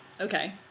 Okay